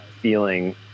feeling